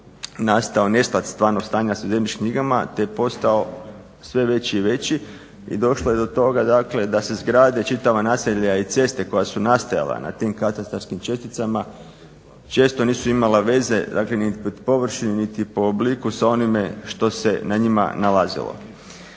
nastao nesklada stvarnog stanja sa zemljišnim knjigama te postao sve veći i veći i došlo je do toga da se izgrade čitava naselja i ceste koja su nastajala na tim katastarskim česticama, često nisu imala veze dakle ni po površini ni po obliku sa onime što se na njima nalazilo.